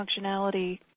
functionality